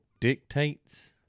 dictates